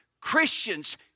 Christians